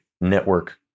network